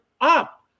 up